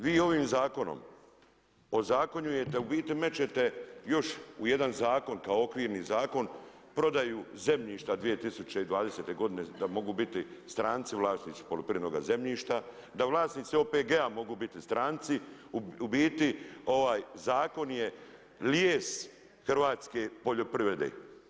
Vi ovim zakonom ozakonjujete, u biti mećete još u jedna zakon kao okvirni zakon, prodaju zemljišta 2020. g. da mogu biti stranci vlasnici poljoprivrednoga zemljišta, da vlasnici OPG-a mogu biti stranci, u biti ovaj zakon je lijes hrvatske poljoprivrede.